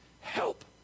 Help